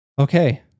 Okay